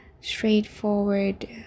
straightforward